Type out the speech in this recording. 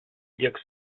dirk